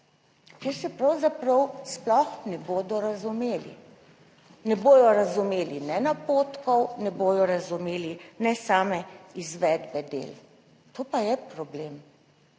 kjer se pravzaprav sploh ne bodo razumeli. Ne bodo razumeli ne napotkov, ne bodo razumeli ne same izvedbe del. To pa je problem.